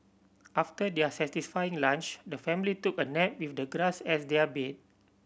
after their satisfying lunch the family took a nap with the grass as their bed